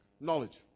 Knowledge